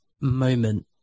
moment